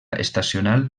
estacional